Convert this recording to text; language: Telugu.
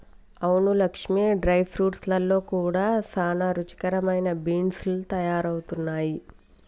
అవును లక్ష్మీ డ్రై ఫ్రూట్స్ లో కూడా సానా రుచికరమైన బీన్స్ లు తయారవుతున్నాయి